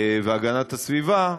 והגנת הסביבה,